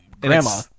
grandma